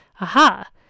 Aha